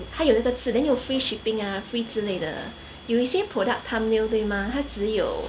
它有一个字 then 有 free shipping ah free 之类的有一些 product 它 mail 对吗它只有